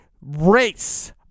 race